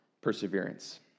perseverance